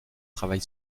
travail